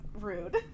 rude